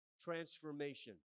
Transformation